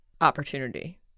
opportunity